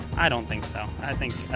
i dont think so. i think